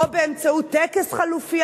או באמצעות טקס חלופי,